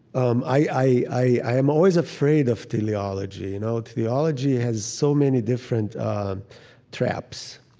um i i am always afraid of teleology. you know teleology has so many different um traps.